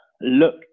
look